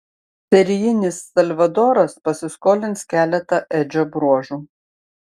serijinis salvadoras pasiskolins keletą edžio bruožų